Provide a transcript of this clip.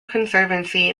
conservancy